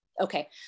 Okay